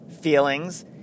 feelings